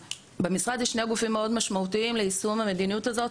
במשרד יש שני גופים מאוד משמעותיים ליישום המדיניות הזאת,